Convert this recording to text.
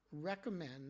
recommend